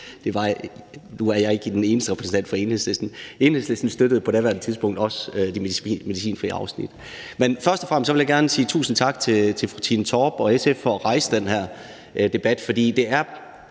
Nu er jeg ikke den eneste repræsentant for Enhedslisten, og Enhedslisten støttede på daværende tidspunkt også de medicinfri afsnit. Men først og fremmest vil jeg gerne sige tusind tak til fru Trine Torp og SF for at rejse den her debat, for det er